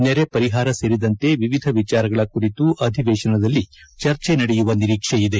ನೆರೆ ಪರಿಹಾರ ಸೇರಿದಂತೆ ವಿವಿಧ ವಿಚಾರಗಳ ಕುರಿತು ಅಧಿವೇಶನದಲ್ಲಿ ಚರ್ಚೆ ನಡೆಯುವ ನಿರೀಕ್ಷೆಯಿದೆ